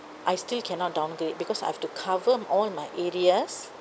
I still cannot downgrade because I've to cover all my arrears